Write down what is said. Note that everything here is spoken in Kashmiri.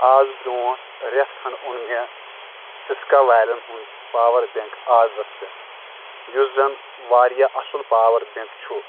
آز برٛونٛٹھ رٮ۪تھ کھنٛڈ اوٚن مےٚ سِسکا والٮ۪ن ہُنٛد پاوَر بٮ۪نٛک آڈرَس پٮ۪ٹھ یُس زَن واریاہ اَصٕل پاوَر بٮ۪نٛک چھُ